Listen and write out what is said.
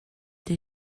did